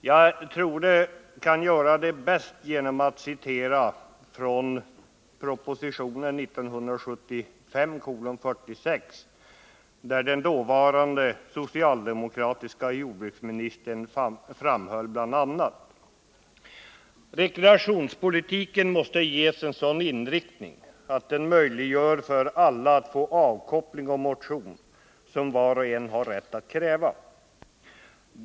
Jag kan göra det bäst genom att citera ur propositionen 1975:46, vari den dåvarande socialdemokratiske jordbruksministern framhöll bl.a. följande: ”Rekreationspolitiken måste ges en sådan inriktning att den möjliggör för alla att få avkoppling och motion som var och en har rätt att kräva.